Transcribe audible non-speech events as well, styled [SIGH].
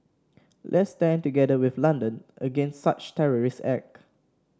let's stand together with London against such terrorist [UNINTELLIGIBLE]